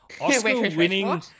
Oscar-winning